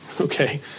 Okay